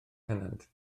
pennant